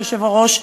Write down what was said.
היושב-ראש,